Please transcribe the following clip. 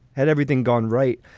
had everything gone right,